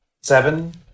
seven